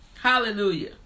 Hallelujah